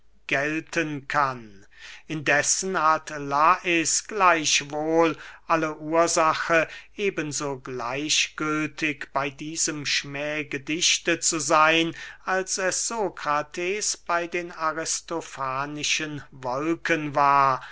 finden ist indessen hat lais gleichwohl alle ursache eben so gleichgültig bey diesem schmähgedichte zu seyn als es sokrates bey den aristofanischen wolken war